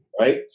Right